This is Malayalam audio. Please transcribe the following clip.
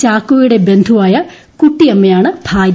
ചാക്കോയുടെ ബന്ധുവായ കുട്ടിയമ്മയാണ് ഭാര്യ